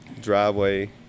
driveway